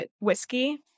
whiskey